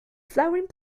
flowering